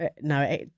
No